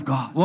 God